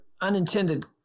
unintended